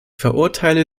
verurteile